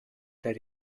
that